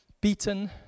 beaten